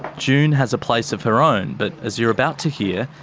june has a place of her own but, as you're about to hear,